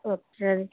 ਅੱਛਾ ਜੀ